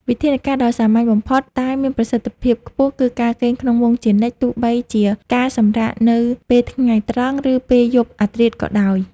វិធានការដ៏សាមញ្ញបំផុតតែមានប្រសិទ្ធភាពខ្ពស់គឺការគេងក្នុងមុងជានិច្ច ទោះបីជាការសម្រាកនៅពេលថ្ងៃត្រង់ ឬពេលយប់អាធ្រាត្រក៏ដោយ។